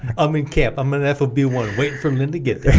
i'm in camp i'm an f b one waiting for lynn to get there